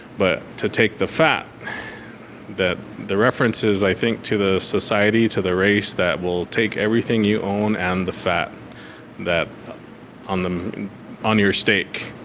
but to take the fat that the references i think to the society, to the race that will take everything you own and the fat that on the on your steak,